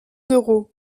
d’euros